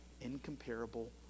incomparable